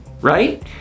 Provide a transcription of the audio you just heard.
Right